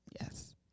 Yes